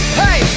hey